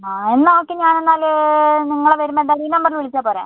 ആ എന്നാൽ ഓക്കെ ഞാൻ എന്നാൽ നിങ്ങളെ വരുമ്പോൾ എന്തായാലും ഈ നമ്പറിൽ വിളിച്ചാൽ പോരേ